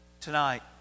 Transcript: Tonight